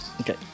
Okay